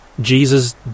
Jesus